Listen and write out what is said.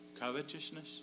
covetousness